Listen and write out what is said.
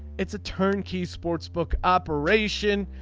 it's a turnkey sportsbook operation.